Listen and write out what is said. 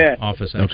office